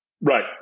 Right